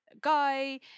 guy